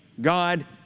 God